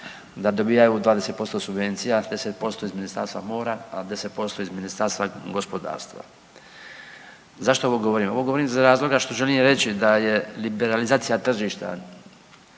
da dobijaju 20% subvencija, 10% iz Ministarstva mora, a 10% iz Ministarstva gospodarstva. Zašto ovo govorim? Ovo govorim iz razloga što želim reći da je, liberalizacija tržišta